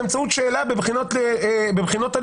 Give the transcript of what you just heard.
באמצעות שאלה בבחינות הלשכה,